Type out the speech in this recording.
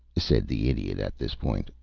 said the idiot at this point,